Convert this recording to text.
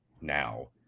now